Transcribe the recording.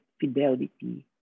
fidelity